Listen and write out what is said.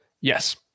Yes